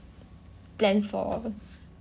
plan for